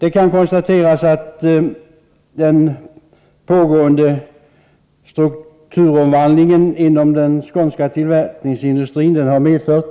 Det kan konstateras att den pågående strukturomvandlingen inom den skånska tillverkningsindustrin har medfört